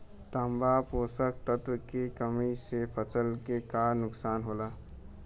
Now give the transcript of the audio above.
तांबा पोषक तत्व के कमी से फसल के का नुकसान होला?